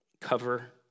cover